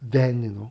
then you know